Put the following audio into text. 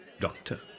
Doctor